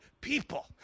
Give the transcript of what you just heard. people